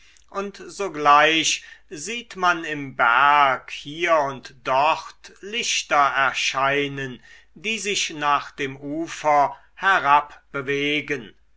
und sogleich sieht man im berg hier und dort lichter erscheinen die sich nach dem ufer